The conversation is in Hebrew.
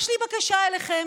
יש לי בקשה אליכם.